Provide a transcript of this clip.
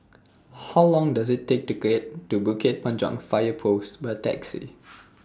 How Long Does IT Take to get to Bukit Panjang Fire Post By Taxi